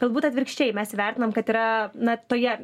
galbūt atvirkščiai mes įvertinam kad yra na toje